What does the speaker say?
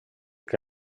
que